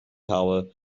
power